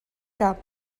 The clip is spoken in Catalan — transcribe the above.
cap